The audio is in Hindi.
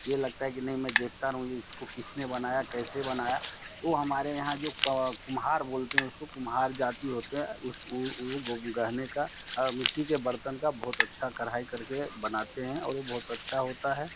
ये लगता है कि नहीं मैं देखता रहूँ ये इसको किसने बनाया कैसे बनाया वो हमारे यहाँ जो कुम्हार बोलते हैं उसको कुम्हार जाति होते हैं उस उ उ गहने का मिट्टी के बर्तन का बहुत अच्छा कढ़ाई करके बनाते हैं और वो बहुत अच्छा होता है